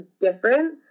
different